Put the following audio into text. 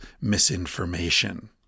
misinformation